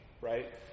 right